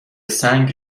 سنگ